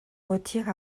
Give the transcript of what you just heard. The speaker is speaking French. retire